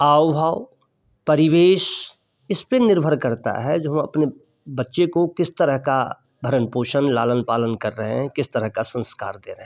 आव भाव परिवेश इस पर निर्भर करता है जो हम अपने बच्चे को किस तरह का भरण पोषण लालन पालन कर रहें हैं किस तरह का संस्कार दे रहें हैं